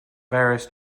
various